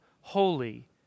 holy